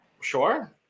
sure